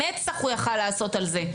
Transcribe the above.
מצ"ח הוא יכל לעשות על זה.